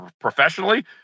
professionally